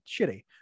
shitty